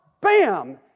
bam